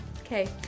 Okay